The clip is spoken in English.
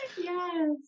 Yes